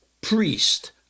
priest